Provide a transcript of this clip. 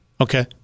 Okay